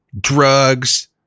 drugs